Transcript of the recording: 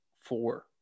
four